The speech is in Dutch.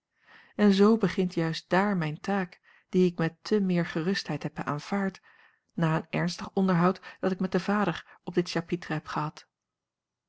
en zoo begint juist dààr mijne taak die ik met te meer gerustheid heb aanvaard na een ernstig onderhoud dat ik met den vader op dit chapitre heb gehad